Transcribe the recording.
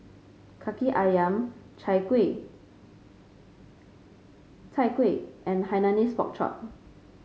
Kaki ayam Chai Kuih Chai Kuih and Hainanese Pork Chop